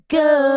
go